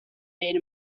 made